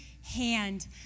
hand